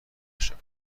شود